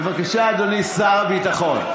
בבקשה, אדוני שר הביטחון.